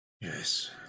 Yes